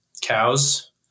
cows